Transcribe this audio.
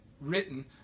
written